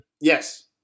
Yes